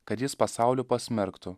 kad jis pasaulį pasmerktų